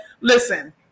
listen